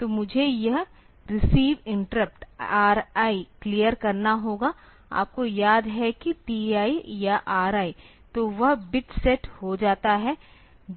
तो मुझे यह रिसीव इंटरप्ट RI क्लियर करना होगा आपको याद है कि TI या RI तो वह बिट सेट हो जाता है